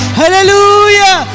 hallelujah